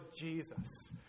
Jesus